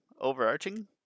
overarching